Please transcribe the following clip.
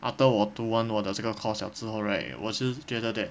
after 我读完我这个 course liao 之后 right 我是觉得 that